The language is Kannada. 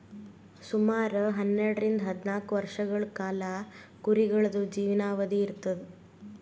ಸುಮಾರ್ ಹನ್ನೆರಡರಿಂದ್ ಹದ್ನಾಲ್ಕ್ ವರ್ಷಗಳ್ ಕಾಲಾ ಕುರಿಗಳ್ದು ಜೀವನಾವಧಿ ಇರ್ತದ್